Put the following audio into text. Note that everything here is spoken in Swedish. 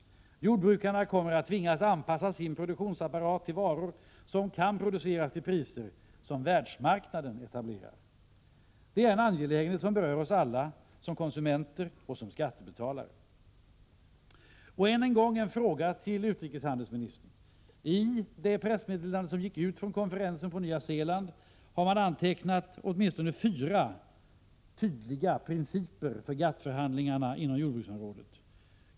Jordbrukarna kommer att tvingas anpassa sin produktionsapparat till varor som kan produceras till priser som världsmarknaden etablerar. Det är en angelägenhet som berör oss alla, som konsumenter och som skattebetalare. Än en gång en fråga till utrikeshandelsministern. I det pressmeddelande som gick ut från konferensen på Nya Zeeland har man antecknat åtminstone fyra tydliga principer för GATT-förhandlingarna inom jordbruksområdet.